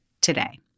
today